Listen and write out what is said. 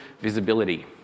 visibility